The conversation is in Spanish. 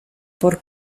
por